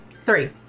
Three